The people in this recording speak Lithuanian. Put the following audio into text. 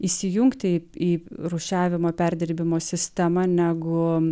įsijungti į rūšiavimo perdirbimo sistemą negu